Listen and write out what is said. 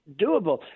doable